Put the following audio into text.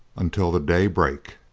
until the day break